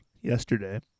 Yesterday